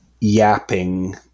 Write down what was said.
yapping